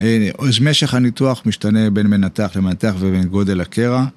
אז משך הניתוח משתנה בין מנתח למנתח ובין גודל לקרע.